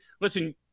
Listen